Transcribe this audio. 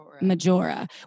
Majora